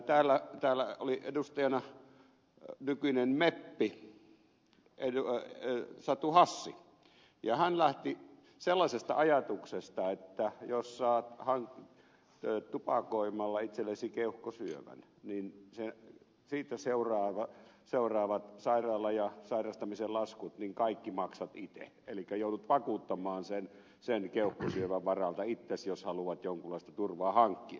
nimittäin täällä oli edustajana nykyinen meppi satu hassi ja hän lähti sellaisesta ajatuksesta että jos hankit tupakoimalla itsellesi keuhkosyövän niin kaikki siitä seuraavat sairaala ja sairastamislaskut maksat itse elikkä joudut vakuuttamaan itsesi keuhkosyövän varalta jos haluat jonkunlaista turvaa hankkia